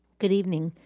good evening.